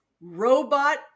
robot